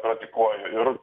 praktikuoju ir